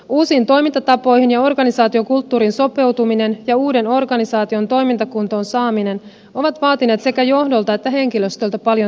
uusiin toimintatapoihin ja organisaatiokulttuuriin sopeutuminen ja uuden organisaation toimintakuntoon saaminen ovat vaatineet sekä johdolta että henkilöstöltä paljon työtä